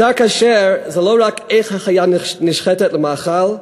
בשר כשר זה לא רק איך החיה נשחטת למאכל,